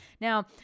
Now